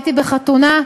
הייתי בחתונה.